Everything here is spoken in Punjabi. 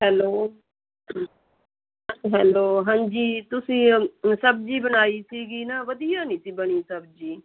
ਹੈਲੋ ਹੈਲੋ ਹਾਂਜੀ ਤੁਸੀਂ ਸਬਜ਼ੀ ਬਣਾਈ ਸੀਗੀ ਨਾ ਵਧੀਆ ਨਹੀਂ ਸੀ ਬਣੀ ਸਬਜ਼ੀ